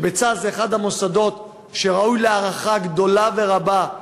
וצה"ל הוא מוסד הראוי להערכה גדולה ורבה,